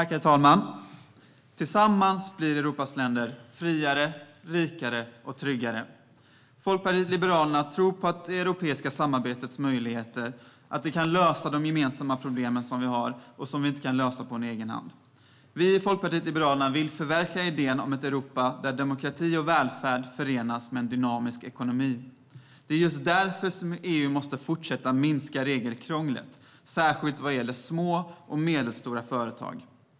Herr talman! Tillsammans blir Europas länder friare, rikare och tryggare. Folkpartiet liberalerna tror på det europeiska samarbetets möjligheter att lösa de problem som är gemensamma och som vi inte kan lösa på egen hand. Vi i Folkpartiet liberalerna vill förverkliga idén om ett Europa där demokrati och välfärd förenas med en dynamisk ekonomi. Just därför måste EU fortsätta minska regelkrånglet, särskilt för små och medelstora företag.